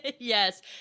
Yes